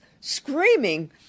screaming